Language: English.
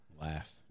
laugh